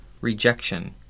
rejection